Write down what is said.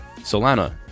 Solana